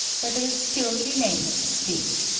whether it stil! remains steam.